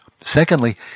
Secondly